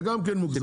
זה גם כן מוגזם.